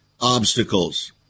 obstacles